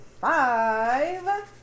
five